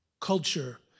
Culture